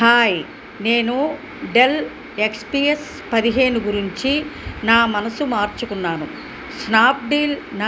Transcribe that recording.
hi నేను Dell X P S పదిహేను గురించి నా మనసు మార్చుకున్నాను స్నాప్డీల్న